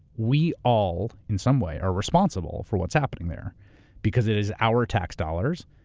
we all in some way are responsible for what's happening there because it is our tax dollars,